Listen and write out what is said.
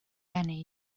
eni